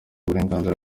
uburenganzira